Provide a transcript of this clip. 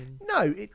No